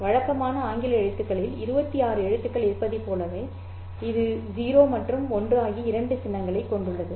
வழக்கமான ஆங்கில எழுத்துக்களில் 26 எழுத்துக்கள் இருப்பதைப் போல இது 0 மற்றும் 1 ஆகிய இரண்டு சின்னங்களைக் கொண்டுள்ளது